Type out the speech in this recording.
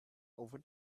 over